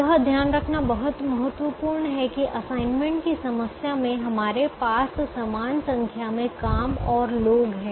यह ध्यान रखना बहुत महत्वपूर्ण है कि असाइनमेंट की समस्या में हमारे पास समान संख्या में काम और लोग हैं